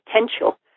potential